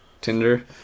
Tinder